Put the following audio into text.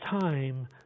time